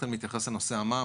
שכחתם להתייחס לנושא המע"מ.